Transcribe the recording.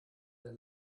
der